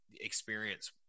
experience